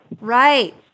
Right